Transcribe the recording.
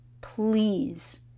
Please